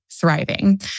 thriving